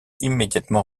immédiatement